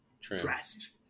dressed